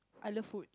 I love food